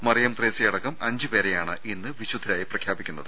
മറിയം ത്രേസൃയടക്കം അഞ്ചുപേരെയാണ് ഇന്ന് വിശുദ്ധരായി പ്രഖ്യാപിക്കുന്നത്